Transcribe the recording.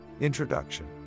introduction